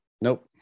Nope